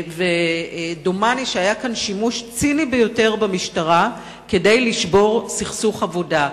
ודומני שהיה כאן שימוש ציני ביותר במשטרה כדי לשבור סכסוך עבודה.